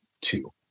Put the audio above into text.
two